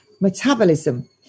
metabolism